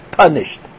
punished